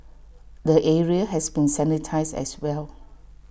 the area has been sanitise as well